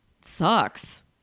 sucks